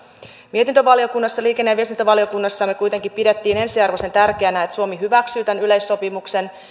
mietintövaliokunnassa liikenne ja viestintävaliokunnassa me kuitenkin pidimme ensiarvoisen tärkeänä että suomi hyväksyy tämän yleissopimuksen